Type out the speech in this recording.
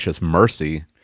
mercy